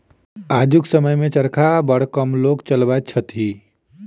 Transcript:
आजुक समय मे चरखा बड़ कम लोक चलबैत छथि